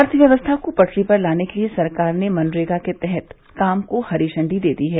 अर्थव्यवस्था को पटरी पर लाने के लिए सरकार ने मनरेगा के तहत काम को हरी झंडी दे दी है